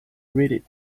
reading